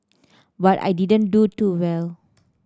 but I didn't do too well